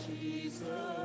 Jesus